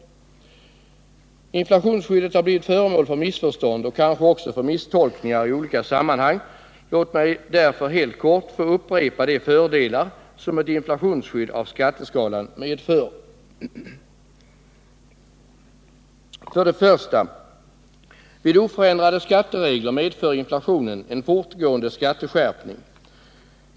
Inflationsskyddet har i olika sammanhang blivit föremål för missförstånd och kanske också för misstolkningar. Låt mig därför helt kort få upprepa de fördelar som ett inflationsskydd av skatteskalan medför. 1. Vid oförändrade skatteregler medför inflationen en fortgående skatteskärpning.